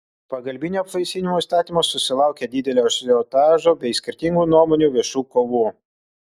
pagalbinio apvaisinimo įstatymas susilaukė didelio ažiotažo bei skirtingų nuomonių viešų kovų